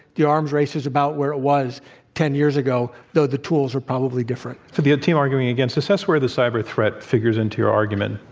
the arms race is about where it was ten years ago, though the tools are probably different. assess for the team arguing against, assess where the cyber threat figures into your argument.